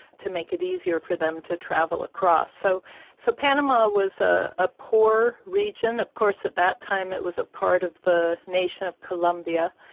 to make it easier for them to travel across. so so panama was ah a poor region of course at that time it was a part of the nation of colombia.